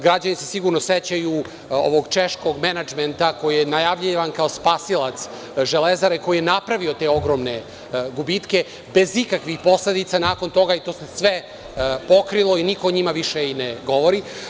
Građani se sigurno sećaju ovog češkog menadžmenta koji je najavljivan kao spasilac „Železare“, koji je napravio te ogromne gubitke, bez ikakvih posledica nakon toga i to se sve pokrilo i niko o njima više i ne govori.